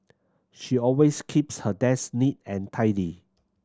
she always keeps her desk neat and tidy